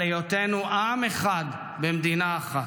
על היותנו עם אחד במדינה אחת.